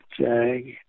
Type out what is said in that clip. Jag